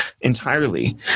entirely